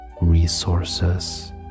resources